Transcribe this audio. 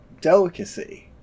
delicacy